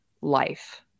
life